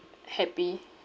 happy